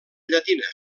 llatina